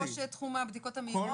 אולי נשאל את ראש תחום הבדיקות המהירות?